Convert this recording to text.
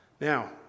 Now